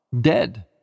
dead